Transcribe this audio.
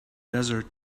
desert